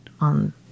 on